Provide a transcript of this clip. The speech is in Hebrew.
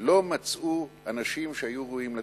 לא מצאו אנשים שהיו ראויים לתפקיד.